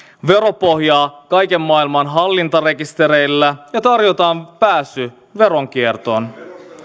veropohjaa kaiken maailman hallintarekistereillä ja tarjotaan pääsy veronkiertoon